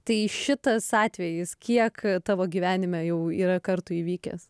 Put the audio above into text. tai šitas atvejis kiek tavo gyvenime jau yra kartų įvykęs